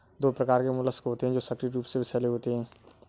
दो प्रकार के मोलस्क होते हैं जो सक्रिय रूप से विषैले होते हैं